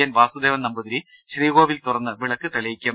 N Vasudevan Namboothiri ശ്രീകോവിൽ തുറന്ന് വിളക്ക് തെളിയിക്കും